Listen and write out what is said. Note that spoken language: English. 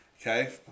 Okay